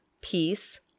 peace